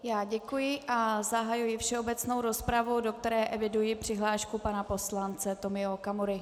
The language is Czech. Já děkuji a zahajuji všeobecnou rozpravu, do které eviduji přihlášku pana poslance Tomio Okamury.